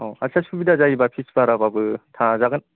औ आत्सा सुबिदा जायोबा पिस बाराबाबो थाजागोन